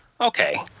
okay